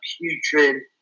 putrid